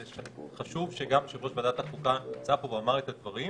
זה חשוב שגם יושב-ראש ועדת החוקה נמצא פה ואמר את הדברים.